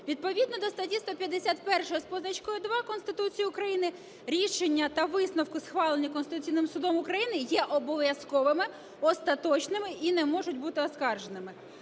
Відповідно до статті 151 з позначкою 2 Конституції України рішення та висновки, схвалені Конституційним Судом України, є обов'язковими, остаточними і не можуть бути оскарженими.